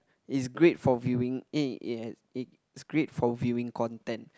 it's great for viewing eh it has it's great for viewing content